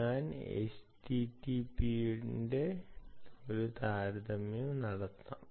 ഞാൻ http ന്റെ ഒരു താരതമ്യം നടത്താം